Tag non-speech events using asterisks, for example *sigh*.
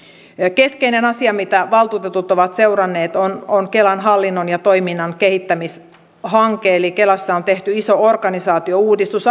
keskeinen asia mitä valtuutetut ovat seuranneet on on kelan hallinnon ja toiminnan kehittämishanke eli kelassa on tehty iso organisaatiouudistus *unintelligible*